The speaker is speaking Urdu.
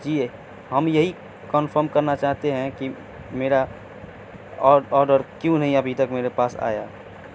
جی ہم یہی کنفرم کرنا چاہتے ہیں کہ میرا آرڈر کیوں نہیں ابھی تک میرے پاس آیا